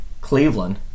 Cleveland